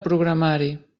programari